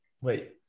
wait